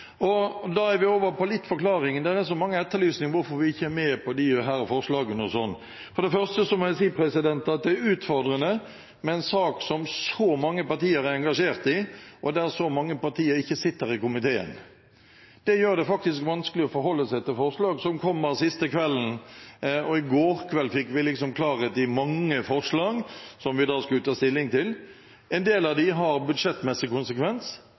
Da er vi over på forklaringer. Det er mange etterlysninger av hvorfor vi ikke er med på disse forslagene. For det første må jeg si at det er utfordrende med en sak som så mange partier er engasjert i, og der så mange partier ikke sitter i komiteen. Det gjør det vanskelig å forholde seg til forslag som kommer den siste kvelden. I går kveld fikk vi klarhet i mange forslag, som vi da skulle ta stilling til. En del av dem har budsjettmessig konsekvens